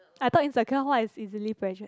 I thought insecure what is easily pressured